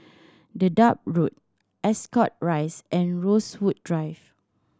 Dedap Road Ascot Rise and Rosewood Drive